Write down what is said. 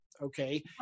Okay